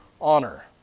honor